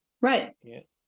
right